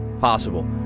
possible